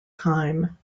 time